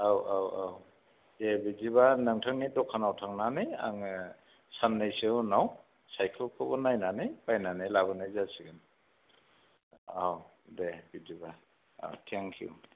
औ औ औ दे बिदिबा आङो नोंथांनि दखानाव थांनानै आङो साननैसो उनाव सायखेलखौबो नायनानै बायनानै लाबोनाय जासिगोन अ दे बिदिबा थेंकिउ